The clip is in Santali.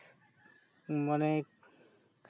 ᱢᱟᱱᱮ